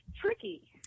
tricky